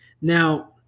now